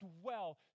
dwell